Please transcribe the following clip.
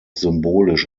symbolisch